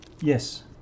Yes